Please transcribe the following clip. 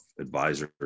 advisors